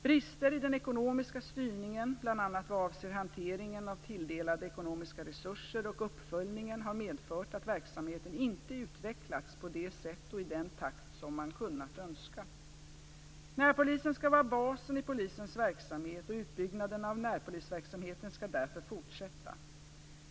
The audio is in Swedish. Brister i den ekonomiska styrningen, bl.a. vad avser hanteringen av tilldelade ekonomiska resurser och uppföljningen, har medfört att verksamheten inte utvecklats på det sätt och i den takt som man kunnat önska. Närpolisen skall vara basen i polisens verksamhet, och utbyggnaden av närpolisverksamheten skall därför fortsätta.